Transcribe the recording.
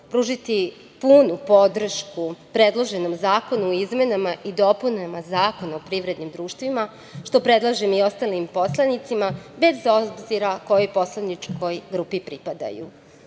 pružiti punu podršku predloženom zakonu o izmenama i dopunama Zakona o privrednim društvima, što predlažem i ostalim poslanicima, bez obzira kojoj poslaničkoj grupi pripadaju.